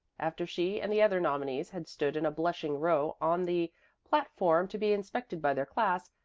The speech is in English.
after she and the other nominees had stood in a blushing row on the platform to be inspected by their class,